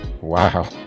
Wow